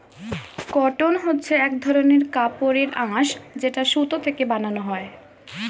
cotton হচ্ছে এক ধরনের কাপড়ের আঁশ যেটা সুতো থেকে বানানো হয়